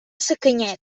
sacanyet